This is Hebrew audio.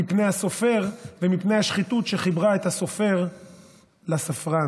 מפני הסופר ומפני השחיתות שחיברה את הסופר לספרן.